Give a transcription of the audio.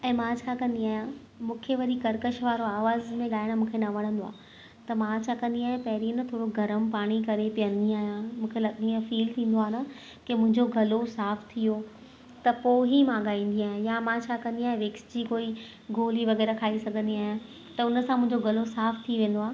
ऐं मां छा कंदी आहियां मूंखे वरी कर्कश वारो आवाज़ में गाइण मूंखे न वणंदो आहे त मां छा कंदी आहियां पहिरीं न थोरो गर्म पाणी करे पीअंदी आहियां मूंखे लॻ ईअं फिल थींदो आहे न की मुंहिंजो गलो साफ़ थी वियो त पोइ ई मां ॻाईंदी आहियां या मां छा कंदी हां विक्स जी कोई गोरी वगै़रह खाए सघंदी आहियां त हुनसां मुंहिंजो गलो साफ़ थी वेंदो आहे